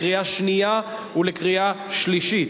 קריאה שנייה ולקריאה שלישית.